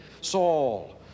Saul